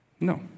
No